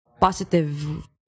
positive